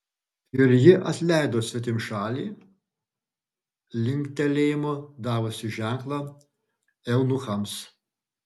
ir ji atleido svetimšalį linktelėjimu davusi ženklą eunuchams